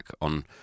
on